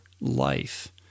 life